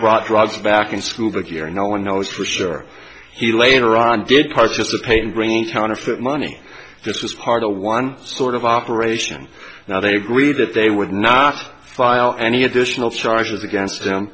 brought drugs back in scuba gear and no one knows for sure he later on did question the pain bringing counterfeit money this was part of one sort of operation now they agreed that they would not file any additional charges against